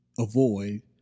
avoid